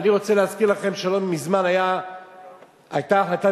ואני רוצה להזכיר לכם שלא מזמן היתה החלטה